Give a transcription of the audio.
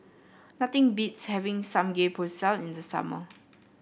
nothing beats having Samgeyopsal in the summer